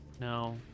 No